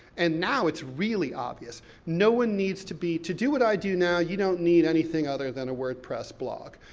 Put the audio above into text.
and now it's really obvious, no one needs to be, to do what i do now, you don't need anything other than a wordpress blog.